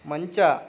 ಮಂಚ